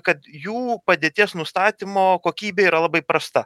kad jų padėties nustatymo kokybė yra labai prasta